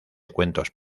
cuentos